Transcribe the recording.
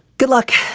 good luck.